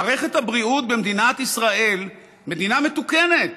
מערכת הבריאות במדינת ישראל, מדינה מתוקנת,